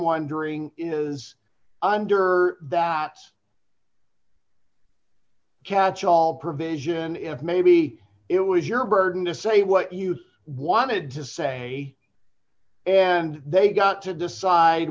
wondering is under that catch all provision if maybe it was your burden to say what you wanted to say and they got to decide